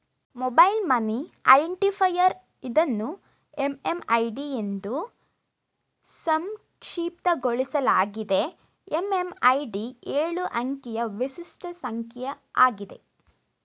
mobile money identifier ಇದನ್ನು MMID ಎಂದೂ ಸಂಕ್ಷಿಪ್ತಗೊಳಿಸಲಾಗಿದೆ ಎಂ.ಎಂ.ಐ.ಡಿ ಎಳು ಅಂಕಿಯ ವಿಶಿಷ್ಟ ಸಂಖ್ಯೆ ಆಗಿದೆ